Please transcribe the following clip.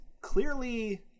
clearly